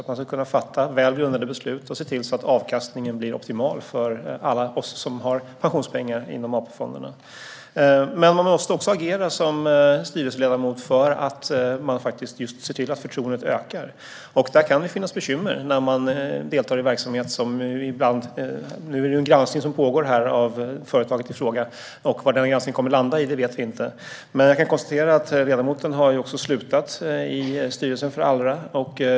Man ska kunna fatta välgrundade beslut och se till att avkastningen blir optimal för alla oss som har pensionspengar i AP-fonderna. Men man måste som styrelseledamot agera på ett sådant sätt att förtroendet ökar. Där kan det finnas bekymmer. Nu pågår en granskning av företaget i fråga, och vad granskningen kommer att landa i vet vi inte. Men jag kan konstatera att ledamoten har lämnat styrelsen för Allra.